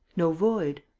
no void?